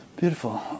Beautiful